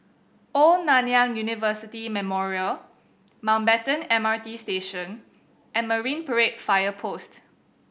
Old Nanyang University Memorial Mountbatten M R T Station and Marine Parade Fire Post